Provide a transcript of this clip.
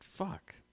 Fuck